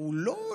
הוא לא,